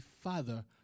Father